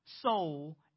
soul